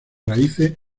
raíces